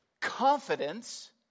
confidence